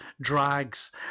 drags